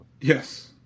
Yes